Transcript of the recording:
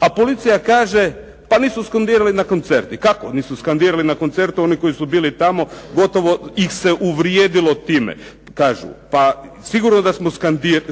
A policija kaže pa nisu skandirali na koncertu. I kako nisu skandirali na koncertu oni koji su bili tamo gotovo ih se uvrijedilo time. Kažu pa sigurno da smo